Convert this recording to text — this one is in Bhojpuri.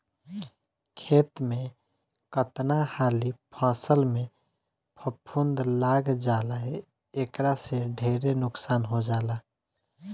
खेत में कतना हाली फसल में फफूंद लाग जाला एकरा से ढेरे नुकसान हो जाला